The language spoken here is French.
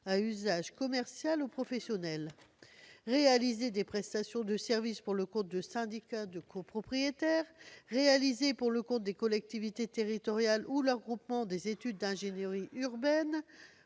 à usage commercial ou professionnel, réaliser des prestations de services pour le compte de syndicats de copropriétaires, réaliser pour le compte des collectivités territoriales ou leurs groupements des études d'ingénierie urbaine